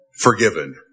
forgiven